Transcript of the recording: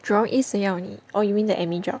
Jurong East 谁要你 oh you mean the admin job